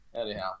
anyhow